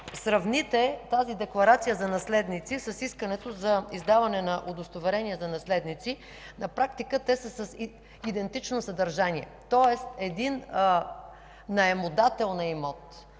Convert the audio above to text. формуляри на декларация и искане) с искането за издаване на удостоверение за наследници, на практика те са с идентично съдържание. Тоест един наемодател на имот